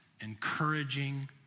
encouraging